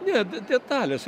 ne de detalės